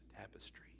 tapestry